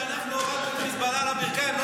שאנחנו הורדנו את חיזבאללה על הברכיים.